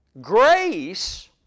Grace